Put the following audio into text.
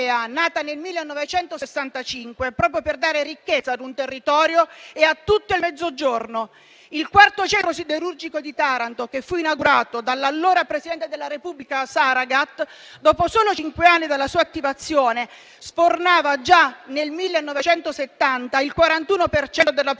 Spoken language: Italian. nata nel 1965, proprio per dare ricchezza a un territorio e a tutto il Mezzogiorno. Il quarto centro siderurgico di Taranto, che fu inaugurato dall'allora presidente della Repubblica Saragat, dopo soli cinque anni dalla sua attivazione, sfornava, già nel 1970, il 41 per cento